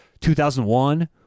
2001